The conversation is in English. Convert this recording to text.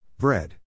Bread